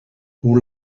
hoe